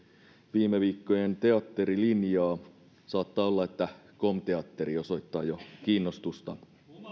viime viikkojen teatterilinjaa saattaa olla että kom teatteri osoittaa jo kiinnostusta